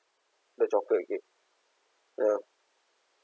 the chocolate cake ya